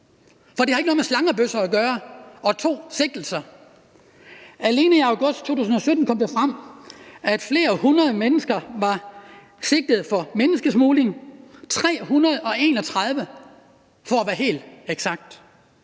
for det har ikke noget med slangebøsser og to sigtelser at gøre – hvor det kom frem, at flere hundrede mennesker var sigtet for menneskesmugling, 331 for at være helt eksakt.